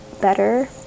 better